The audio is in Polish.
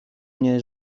mnie